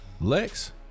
lex